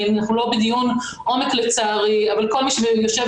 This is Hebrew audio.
אנחנו לא בדיון עומק לצערי אבל כל מי שיושב